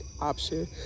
option